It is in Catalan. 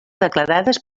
declarades